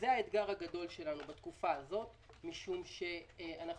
זה האתגר הגדול שלנו בתקופה הזאת משום שאנחנו